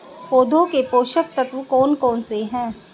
पौधों के पोषक तत्व कौन कौन से हैं?